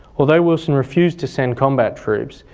although wilson refused to send combat troops,